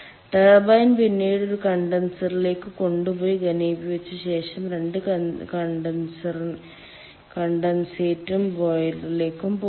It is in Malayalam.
ടർബൈൻ പിന്നീട് ഒരു കണ്ടൻസറിലേക്ക് കൊണ്ടുപോയി ഘനീഭവിച്ച ശേഷം രണ്ട് കണ്ടൻസേറ്റും ബോയിലറിലേക്ക് പോകുന്നു